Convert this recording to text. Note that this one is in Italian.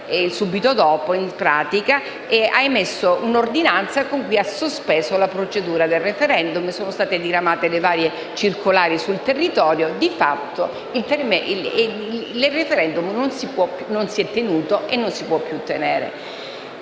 il 21 aprile, un'ordinanza con cui ha sospeso la procedura del *referendum*. Sono state diramate le varie circolari sul territorio e di fatto il *referendum* non si è tenuto e non si può più tenere.